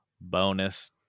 bonus